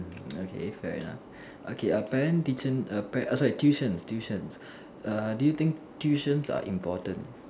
okay fair enough okay a parent teacher err parent err sorry tuitions tuitions err do you think tuitions are important